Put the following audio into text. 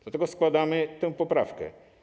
Dlatego składamy tę poprawkę.